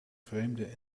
vreemde